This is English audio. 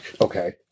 okay